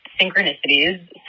synchronicities